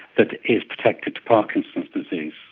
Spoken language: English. that is protected to parkinson's disease.